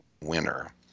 winner